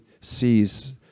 sees